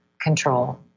control